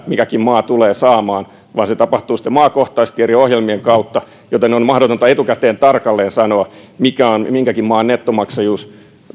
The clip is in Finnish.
mikäkin maa tulee saamaan vaan se tapahtuu sitten maakohtaisesti eri ohjelmien kautta joten on mahdotonta etukäteen tarkalleen sanoa mikä on minkäkin maan nettomaksajuus